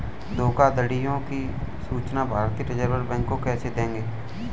धोखाधड़ियों की सूचना भारतीय रिजर्व बैंक को कैसे देंगे?